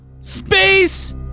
Space